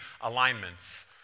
alignments